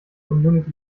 community